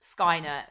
Skynet